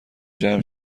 جمع